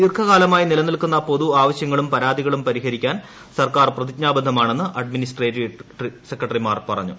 ദീർഘകാലമായി നിലനിൽക്കുന്ന പൊതു ആവശ്യങ്ങളും പരാതികളും പരിഹരിക്കാൻ സർക്കാർ പ്രതിജ്ഞാബദ്ധമാണെന്ന് അഡ്മിനിസ്ട്രേറ്റീവ് സെക്രട്ടറിമാർ പറഞ്ഞു